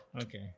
Okay